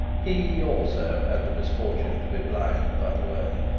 he, also, had the misfortune to be blind, by the way.